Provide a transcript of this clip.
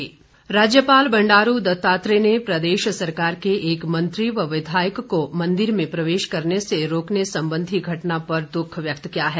राज्यपाल राज्यपाल बंडारू दत्तात्रेय ने प्रदेश सरकार के एक मंत्री व विधायक को मन्दिर में प्रवेश करने से रोकने संबंधी घटना पर दुःख व्यक्त किया है